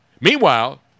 Meanwhile